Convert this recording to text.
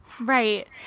right